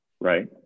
right